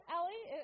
Ellie